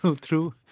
true